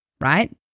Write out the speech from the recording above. right